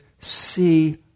see